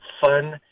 fun